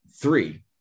Three